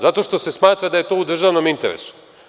Zato što se smatra da je to u državnom interesu.